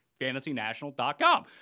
fantasynational.com